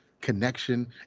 connection